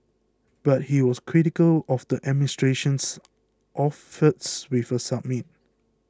but he was critical of the administration's efforts with a summit